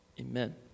amen